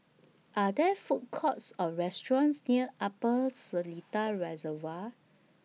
Are There Food Courts Or restaurants near Upper Seletar Reservoir